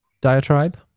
diatribe